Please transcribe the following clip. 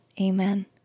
Amen